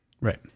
Right